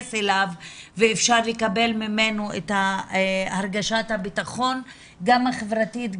אליו ואפשר לקבל ממנו את הרגשת הביטחון גם החברתית,